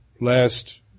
last